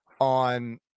on